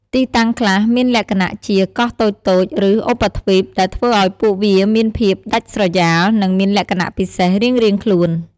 ទីតាំងខ្លះមានលក្ខណៈជា កោះតូចៗ ឬឧបទ្វីប ដែលធ្វើឱ្យពួកវាមានភាពដាច់ស្រយាល និងមានលក្ខណៈពិសេសរៀងៗខ្លួន។